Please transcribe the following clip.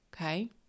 okay